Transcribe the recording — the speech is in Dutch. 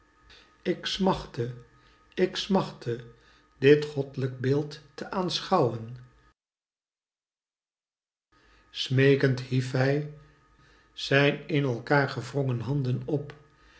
ik smachtte ik smachtte dit godlijk beeld te aanschouwen smeekend hicf hij zijn in elkaer gewrongen handen op